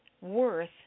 worth